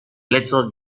little